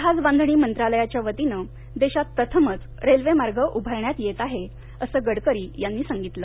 जहाजबांधणी मंत्रालयाच्या वतीने देशात प्रथमच रेल्वे मार्ग उभारण्यात येत आहे असं गडकरी यांनी सांगितलं